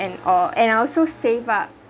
and all and I also save up